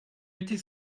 été